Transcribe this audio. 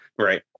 Right